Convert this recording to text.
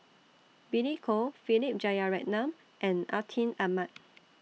Billy Koh Philip Jeyaretnam and Atin Amat